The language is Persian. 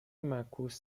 معکوس